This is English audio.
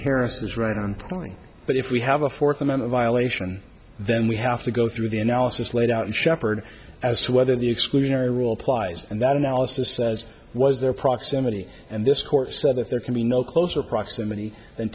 is right on point but if we have a fourth amount of violation then we have to go through the analysis laid out in shepherd as to whether the exclusionary rule applies and that analysis says was their proximity and this court said that there can be no closer proximity